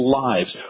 lives